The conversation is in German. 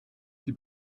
die